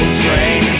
train